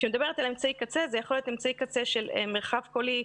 כשאני מדברת על אמצעי קצה זה יכול להיות אמצעי קצה של מרחב קולי,